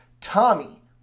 Tommy